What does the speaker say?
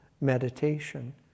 meditation